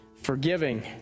forgiving